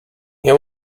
nie